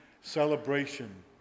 celebration